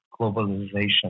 globalization